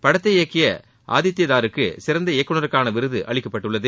படத்தை இயக்கிய ஆதித்யதாருக்கு சிறந்த இயக்குநருக்கான விருது அளிக்கப்பட்டுள்ளது